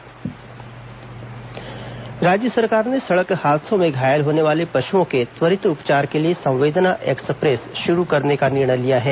संवेदना एक्सप्रेस राज्य सरकार ने सड़क हादसों में घायल होने वाले पशुओं के त्वरित उपचार के लिए संवेदना एक्सप्रेस शुरू करने का निर्णय लिया है